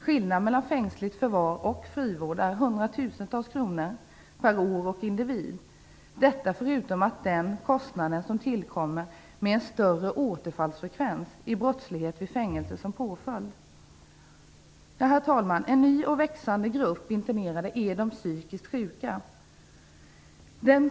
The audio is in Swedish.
Skillnaden mellan fängsligt förvar och frivård är hundratusentals kronor per år och individ - förutom kostnaden för en större återfallsfrekvens i brottslighet med fängelse som påföljd. Herr talman! En ny och växande grupp internerade är de psykiskt sjuka.